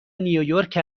نیویورک